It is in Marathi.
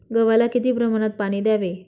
गव्हाला किती प्रमाणात पाणी द्यावे?